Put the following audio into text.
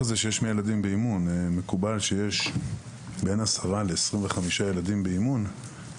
מקובל שיש בין 10 ל-25 ילדים באימון.